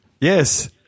Yes